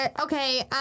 Okay